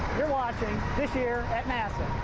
you're watching this year nasa!